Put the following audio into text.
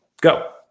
go